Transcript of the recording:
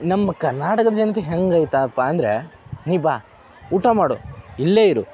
ನಮ್ಮ ಕರ್ನಾಟಕದ ಜನತೆ ಹೆಂಗೆ ಐತಪ್ಪ ಅಂದರೆ ನೀ ಬಾ ಊಟ ಮಾಡು ಇಲ್ಲೇ ಇರು